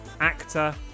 actor